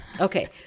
Okay